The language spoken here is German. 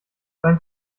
beim